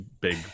big